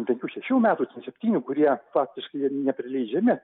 penkių šešių metų ten septynių kurie faktiškai neprileidžiami